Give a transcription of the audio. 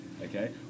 okay